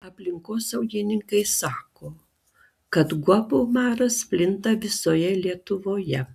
aplinkosaugininkai sako kad guobų maras plinta visoje lietuvoje